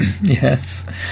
Yes